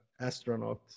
astronaut